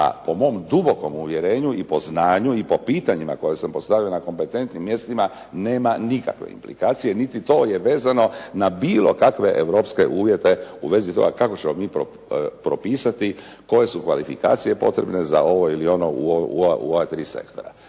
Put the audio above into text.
a po mom dubokom uvjerenju i po znanju i po pitanjima koja sam postavio na kompetentnim mjestima nema nikakve implikacije niti to je vezano na bilo kakve europske uvjete u vezi toga kako ćemo mi propisati, koje su kvalifikacije potrebne za ovo ili ono u ova tri sektora.